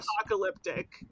apocalyptic